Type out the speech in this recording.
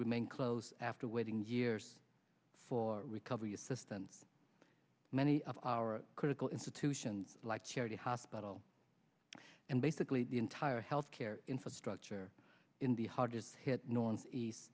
remain close after waiting years for recovery assistance many of our critical institutions like charity hospital and basically the entire health care infrastructure in the hardest hit northeast